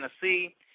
Tennessee